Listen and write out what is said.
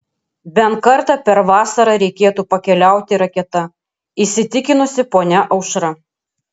bent kartą per vasarą reikėtų pakeliauti raketa įsitikinusi ponia aušra